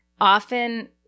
often